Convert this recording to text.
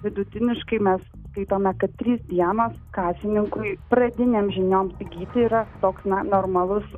vidutiniškai mes skaitome kad trys dienos kasininkui pradinėms žinioms įgyti yra toks na normalus